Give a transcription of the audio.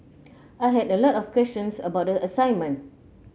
I had a lot of questions about the assignment